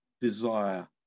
desire